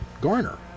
Garner